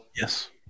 yes